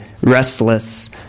restless